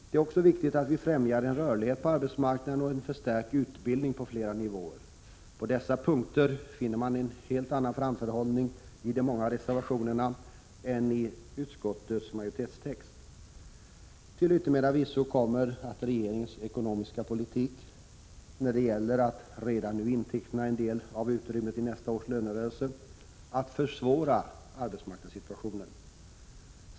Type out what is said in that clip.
Det är också viktigt att vi främjar en rörlighet på arbetsmarknaden och en förstärkt utbildning på flera nivåer. På dessa punkter finner man en helt annan framförhållning i de många reservationerna än i utskottets majoritetstext. Till yttermera visso kommer regeringens ekonomiska politik — när det gäller att redan nu inteckna en del av utrymmet i nästa års lönerörelse — att försvåra arbetsmarknadssituationen.